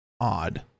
odd